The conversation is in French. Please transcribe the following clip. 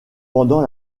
pendant